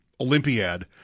Olympiad